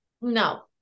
No